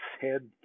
head